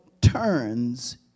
turns